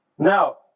Now